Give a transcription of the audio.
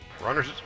Runners